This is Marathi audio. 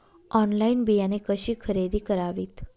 ऑनलाइन बियाणे कशी खरेदी करावीत?